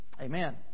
Amen